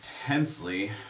intensely